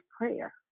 prayer